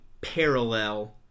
parallel